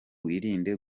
wirinde